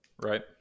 Right